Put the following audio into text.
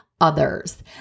Others